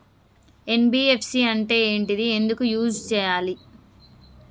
NBFC అంటే ఏంటిది ఎందుకు యూజ్ చేయాలి?